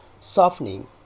softening